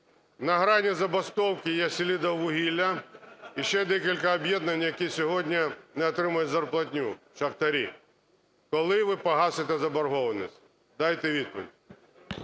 На грані забастовки є "Селидіввугілля" і ще декілька об'єднань, які сьогодні не отримують зарплатню, шахтарі. Коли ви погасите заборгованість? Дайте відповідь.